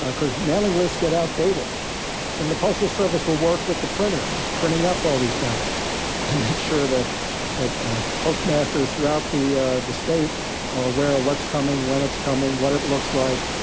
ah cause mailing lists get outdated. then the postal service will work with the printer who's printing up all these ballots and make sure that that ah postmaster throughout the ah the state are aware of what's coming, when it's coming, what it looks like.